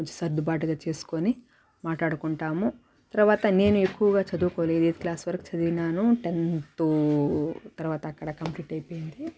కొంచెం సర్దుబాటుగా చేసుకొని మాట్లాడుకుంటాము తర్వాత నేను ఎక్కువగా చదువుకోలేదు ఎయిత్ క్లాస్ వరకు చదివినాను టెన్తు తర్వాత అక్కడ కంప్లీట్ అయిపోయింది